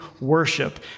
worship